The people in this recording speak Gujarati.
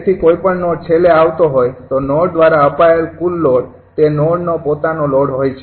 તેથી કોઈપણ નોડ છેલ્લે આવતો હોય તો નોડ દ્વારા અપાયેલ કુલ લોડ તે નોડનો પોતાનો લોડ હોય છે